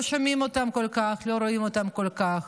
לא שומעים אותם כל כך, לא רואים אותם כל כך,